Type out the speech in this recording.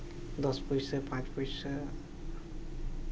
ᱫᱚᱥ ᱯᱩᱭᱥᱟᱹ ᱯᱟᱸᱪ ᱯᱩᱭᱥᱟᱹ